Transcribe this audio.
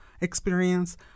experience